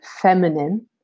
feminine